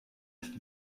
ist